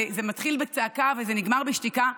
זה מתחיל בצעקה וזה נגמר בשתיקה,